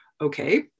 okay